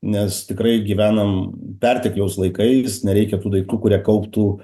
nes tikrai gyvenam pertekliaus laikais nereikia tų daiktų kurie kauptų